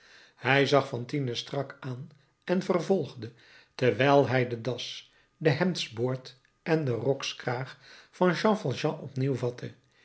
hij zag fantine strak aan en vervolgde terwijl hij de das den hemdsboord en den rokskraag van jean valjean